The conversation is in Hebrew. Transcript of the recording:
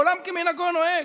עולם כמנהגו נוהג.